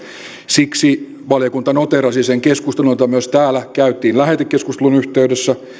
siksi valiokunta noteerasi sen keskustelun jota myös täällä käytiin lähetekeskustelun yhteydessä